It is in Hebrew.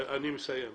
אני מסיים.